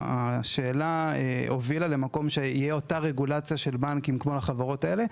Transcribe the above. השאלה הובילה למקום שתהיה אותה הרגולציה של בנקים כמו לחברות האלה,